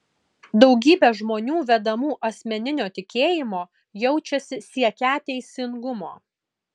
daugybė žmonių vedamų asmeninio tikėjimo jaučiasi siekią teisingumo